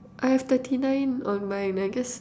I've thirty nine on my